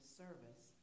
service